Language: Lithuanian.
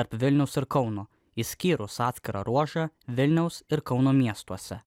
tarp vilniaus ir kauno išskyrus atskirą ruožą vilniaus ir kauno miestuose